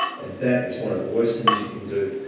and, that is one of the worst things you can do.